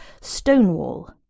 Stonewall